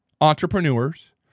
entrepreneurs